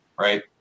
Right